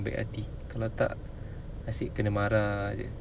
baik hati kalau tak asyik kena marah jer